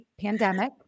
pandemic